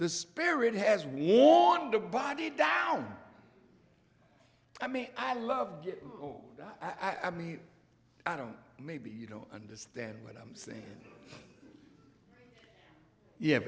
the spirit has worn the body down i mean i love you i mean i don't maybe you don't understand what i'm saying yeah